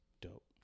dope